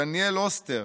דניאל אוסטר,